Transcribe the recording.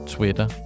Twitter